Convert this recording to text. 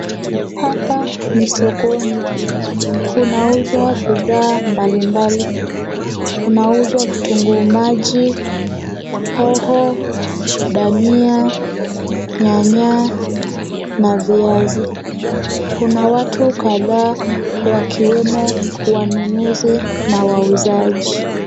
Hapa ni sokoni. Kunauzwa bidhaa mbalimbali. Kunauzwa vitunguu maji, hoho, dania, nyanya na viazi. Kuna watu kadhaa wakiwemo wanunuzi na wauzaji.